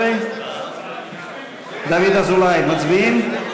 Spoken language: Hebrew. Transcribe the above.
19, דוד אזולאי, מצביעים?